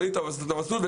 עלית ועשית את המסלול.